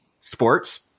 sports